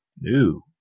new